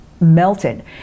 melted